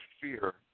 fear